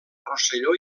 rosselló